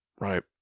right